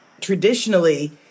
traditionally